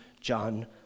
John